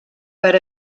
per